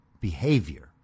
behavior